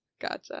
Gotcha